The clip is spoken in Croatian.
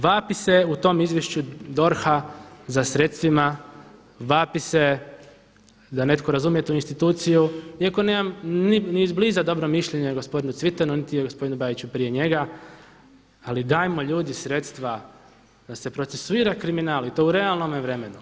Vapi se u tom Izvješću DORH-a za sredstvima, vapi se da netko razumije tu instituciju iako nemam ni izbliza dobro mišljenje o gospodinu Cvitanu niti o gospodinu Bajiću prije njega, ali dajmo ljudi sredstva da se procesuira kriminal i to u realnome vremenu.